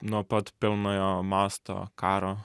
nuo pat pirmojo masto karo